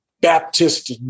Baptist